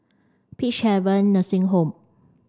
Peacehaven Nursing Home